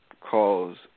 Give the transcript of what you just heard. calls